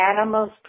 animals